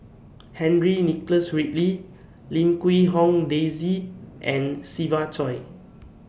Henry Nicholas Ridley Lim Quee Hong Daisy and Siva Choy